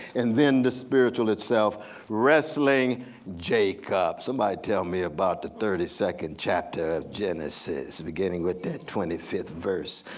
and then the spiritual itself wrestling jacob. somebody tell me about the thirty second chapter of genesis beginning with that twenty fifth verse.